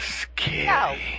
Scary